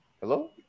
hello